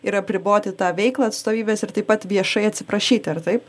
ir apriboti tą veiklą atstovybės ir taip pat viešai atsiprašyti ar taip